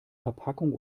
verpackung